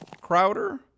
Crowder